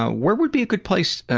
ah where would be a good place.